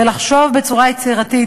ולחשוב בצורה יצירתית,